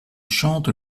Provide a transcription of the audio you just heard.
chante